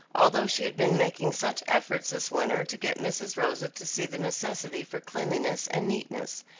although she had been making such efforts this winter to get mrs. rosa to see the necessity for cleanliness and neatness.